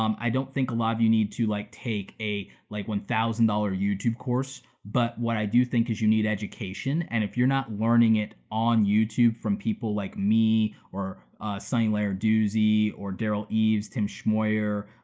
um i don't think a lot of you need to like take a like one thousand dollars youtube course, but what i do think is you need education, and if you're not learning it on youtube, from people like me or sunny lenarduzzi, or derral eves, tim schmoyer,